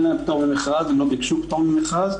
לדעתי, אין פטור ממכרז, הם לא ביקשו פטור ממכרז.